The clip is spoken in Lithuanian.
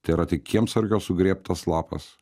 tėra tik kiemsargio sugriebtas lapas